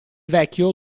vecchio